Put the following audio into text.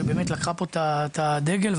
שלקחה פה את הדגל,